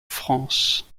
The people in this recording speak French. france